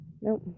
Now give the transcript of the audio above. Nope